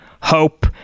Hope